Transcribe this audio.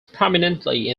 prominently